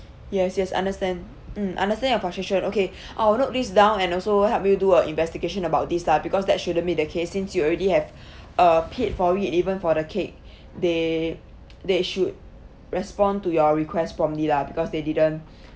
yes yes understand mm understand your frustration okay I'll note this down and also help you do a investigation about this lah because that shouldn't be the case since you already have uh paid for it even for the cake they they should respond to your request promptly lah because they didn't